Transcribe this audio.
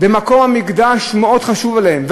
ומקום המקדש מאוד חשוב להם,